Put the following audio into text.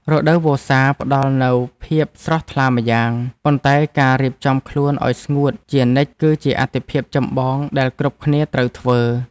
រដូវវស្សាផ្តល់នូវភាពស្រស់ថ្លាម្យ៉ាង ប៉ុន្តែការរៀបចំខ្លួនឱ្យស្ងួតជានិច្ចគឺជាអាទិភាពចម្បងដែលគ្រប់គ្នាត្រូវធ្វើ។